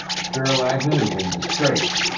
spiro agnew is in disgrace.